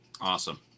Awesome